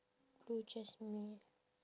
Blue Jasmine